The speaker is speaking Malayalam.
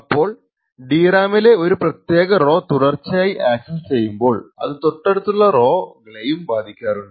അപ്പോൾ DRAM ലെ ഒരു പ്രത്യാക റൊ തുടർച്ചയായി അക്സസ്സ് ചെയ്യുമ്പോൾ അത് തൊട്ടടുത്തുള്ള റൊ കളെയും ബാധിക്കാറുണ്ട്